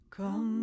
Come